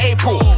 April